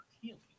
healing